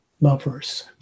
lovers